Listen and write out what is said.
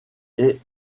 est